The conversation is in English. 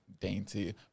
dainty